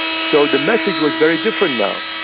so the message was very different now,